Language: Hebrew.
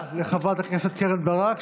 תודה רבה לחברת הכנסת קרן ברק,